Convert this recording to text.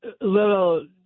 little